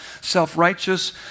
self-righteous